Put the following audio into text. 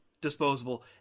disposable